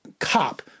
Cop